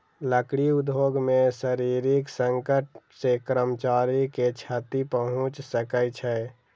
लकड़ी उद्योग मे शारीरिक संकट सॅ कर्मचारी के क्षति पहुंच सकै छै